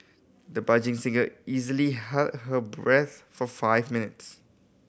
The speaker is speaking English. the singer easily held her breath for five minutes